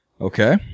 Okay